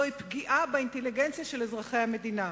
היא פגיעה באינטליגנציה של אזרחי המדינה.